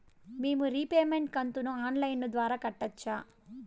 మేము రీపేమెంట్ కంతును online ద్వారా కట్టొచ్చా